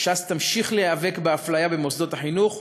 וש״ס תמשיך להיאבק באפליה במוסדות החינוך,